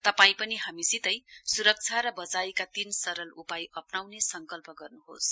तपाई पनि हामीसितै सुरक्षा र वचाइका तीन सरल उपाय अप्नाउने संकल्प गर्नुहोस